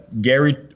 gary